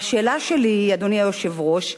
והשאלה שלי היא, אדוני היושב-ראש,